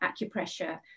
acupressure